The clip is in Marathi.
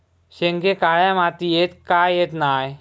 शेंगे काळ्या मातीयेत का येत नाय?